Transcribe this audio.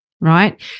right